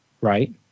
right